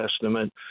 Testament